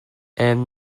and